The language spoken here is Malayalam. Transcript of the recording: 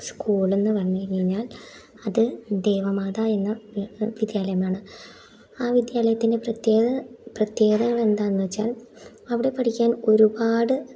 സ്കൂളെന്നു പറഞ്ഞു കഴിഞ്ഞാൽ അത് ദേവമാതാ എന്ന വിദ്യാലയമാണ് ആ വിദ്യാലയത്തിൻ്റെ പ്രത്യേക പ്രത്യേകതകളെന്താണെന്ന് അവിടെ പഠിക്കാൻ ഒരുപാട്